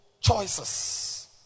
choices